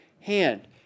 hand